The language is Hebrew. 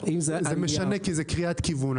זה משנה כי זה קריאת כיוון.